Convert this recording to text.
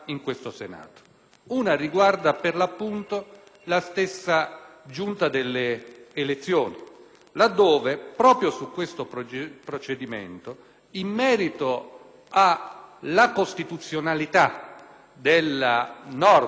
prima riguarda, per l'appunto, la stessa Giunta delle elezioni, laddove, proprio su questo procedimento, in merito alla costituzionalità della norma che